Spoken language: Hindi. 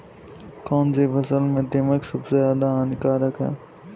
कौनसी फसल में दीमक सबसे ज्यादा हानिकारक है?